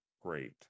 great